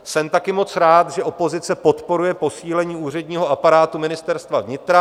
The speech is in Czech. Jsem taky moc rád, že opozice podporuje posílení úředního aparátu Ministerstva vnitra.